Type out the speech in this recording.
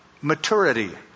maturity